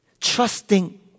Trusting